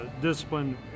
Discipline